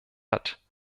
hat